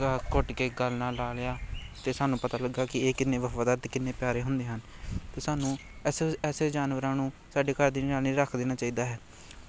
ਗ ਘੁੱਟ ਕੇ ਗਲ ਨਾਲ ਲਾ ਲਿਆ ਅਤੇ ਸਾਨੂੰ ਪਤਾ ਲੱਗਾ ਕਿ ਇਹ ਕਿੰਨੇ ਵਫਾਦਾਰ ਅਤੇ ਕਿੰਨੇ ਪਿਆਰੇ ਹੁੰਦੇ ਹਨ ਅਤੇ ਸਾਨੂੰ ਐਸ ਐਸੇ ਜਾਨਵਰਾਂ ਨੂੰ ਸਾਡੇ ਘਰ ਦੀ ਨਿਗਰਾਨੀ ਲਈ ਰੱਖ ਦੇਣਾ ਚਾਹੀਦਾ ਹੈ